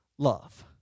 Love